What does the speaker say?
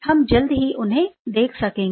हम जल्द ही उन्हें देख सकेंगे